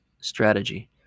strategy